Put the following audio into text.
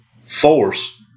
force